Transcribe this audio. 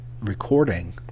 recording